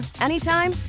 anytime